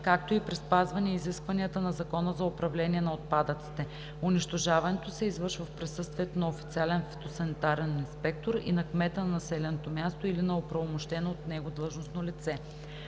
както и при спазване изискванията на Закона за управление на отпадъците. Унищожаването се извършва в присъствието на официален фитосанитарен инспектор и на кмета на населеното място или на оправомощено от него длъжностно лице.“